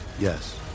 Yes